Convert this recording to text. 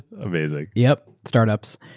amazing. yup. startups.